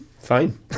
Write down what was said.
Fine